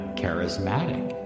charismatic